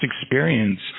experience